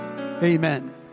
Amen